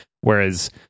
whereas